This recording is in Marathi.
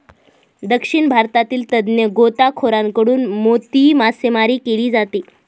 दक्षिण भारतातील तज्ञ गोताखोरांकडून मोती मासेमारी केली जाते